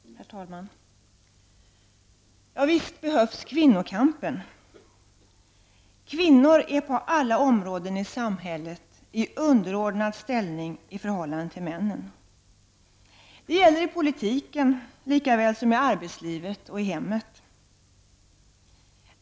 Herr talman! Visst behövs kvinnokampen! Kvinnor är på alla områden i samhället i underordnad ställning i förhållande till männen. Det gäller i politiken lika väl som i arbetslivet och i hemmet.